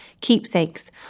keepsakes